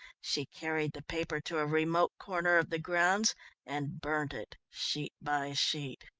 she carried the paper to a remote corner of the grounds and burnt it sheet by sheet.